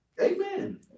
Amen